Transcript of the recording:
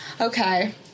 okay